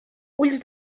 ulls